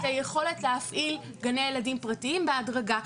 היכולת להפעיל גני ילדים פרטיים בהדרגה.